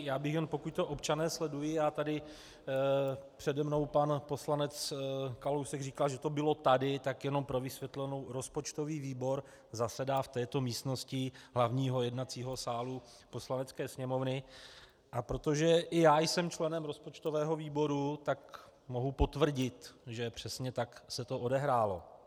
Já bych jen, pokud to občané sledují přede mnou pan poslanec Kalousek říkal, že to bylo tady, tak jen pro vysvětlenou: rozpočtový výbor zasedá v této místnosti hlavního jednacího sálu Poslanecké sněmovny, a protože i já jsem členem rozpočtového výboru, tak mohu potvrdit, že přesně tak se to odehrálo.